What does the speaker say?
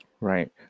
Right